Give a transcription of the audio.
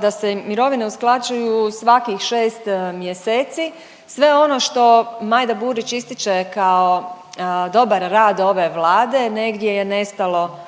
da se mirovine usklađuju svakih 6 mjeseci, sve ono što Majda Burić ističe kao dobar rad ove Vlade, negdje je nestalo